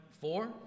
Four